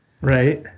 right